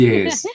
Yes